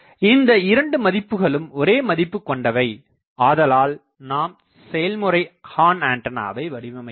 இதன் இரண்டு மதிப்புகளும் ஒரேமதிப்பு கொண்டவை ஆதலால் நாம் செயல்முறை ஹார்ன் ஆண்டனாவை வடிவமைக்கலாம்